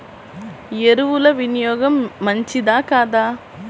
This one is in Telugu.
ఎరువుల వినియోగం మంచిదా కాదా?